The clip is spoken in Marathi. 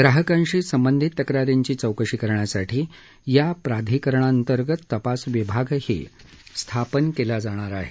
ग्राहकांशी संबंधित तक्रारींची चौकशी करण्यासाठी या प्राधिकरणाअंतर्गत तपास विभागही स्थापन केला जाणार आहे